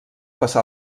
passà